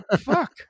fuck